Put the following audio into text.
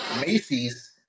Macy's